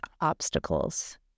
obstacles